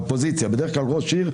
בדרך כלל ראש עיר,